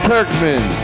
Kirkman